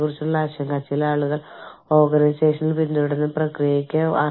കൂടാതെ ആളുകൾ കൂടുതൽ ബോധവാന്മാരാകുക കാരണം അത് ഒരു വെല്ലുവിളിയായി മാറുന്നു